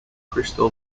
crystal